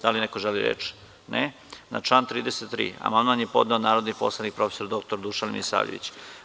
Da li neko želi reč? (Ne.) Na član 33. amandman je podneo narodni poslanik prof. dr Dušan Milisavljević.